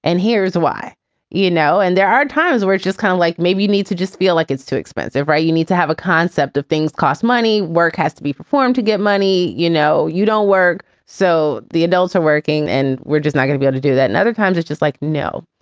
and here's why you know, and there are times where it's just kind of like maybe you need to just feel like it's too expensive, right? you need to have a concept of things, costs, money, work has to be performed to get money. you know, you don't work. so the adults are working and we're just not going to get to do that. and other times it's just like no.